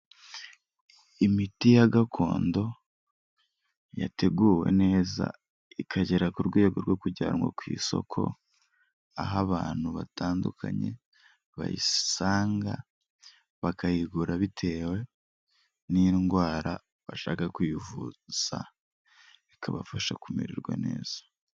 Imiti ya gakondo yateguwe neza ikagera ku rwego rwo kujyanwa ku isoko aho abantu batandukanye bayisanga bakayigura bitewe n'indwara bashaka kuyivuza bikabafasha kumererwa neza.